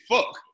Fuck